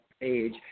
age